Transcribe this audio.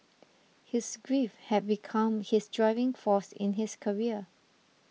his grief had become his driving force in his career